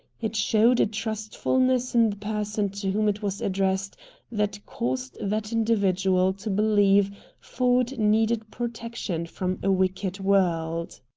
it showed a trustfulness in the person to whom it was addressed that caused that individual to believe ford needed protection from a wicked world.